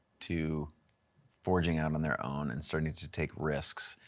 to forging out on their own and starting to take risks.